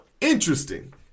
Interesting